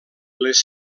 les